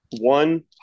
One